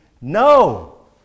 no